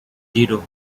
zero